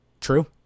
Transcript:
True